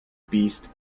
beast